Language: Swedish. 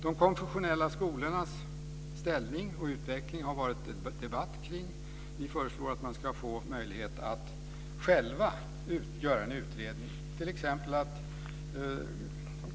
De konfessionella skolornas ställning och utveckling har varit debatterade. Vi föreslår att de ska få möjlighet att själva göra en utredning.